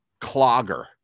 clogger